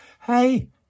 Hey